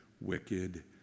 wicked